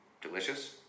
delicious